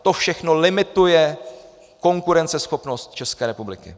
To všechno limituje konkurenceschopnost České republiky.